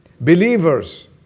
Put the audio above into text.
believers